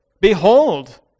Behold